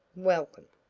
welcome.